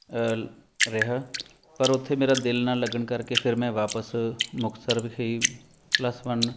ਰਿਹਾ ਪਰ ਉੱਥੇ ਮੇਰਾ ਦਿਲ ਨਾ ਲੱਗਣ ਕਰਕੇ ਫਿਰ ਮੈਂ ਵਾਪਸ ਮੁਕਤਸਰ ਵਿਖੇ ਪਲੱਸ ਵਨ